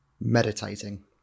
meditating